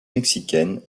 mexicaine